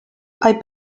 hay